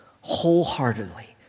wholeheartedly